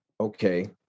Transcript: okay